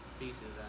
pieces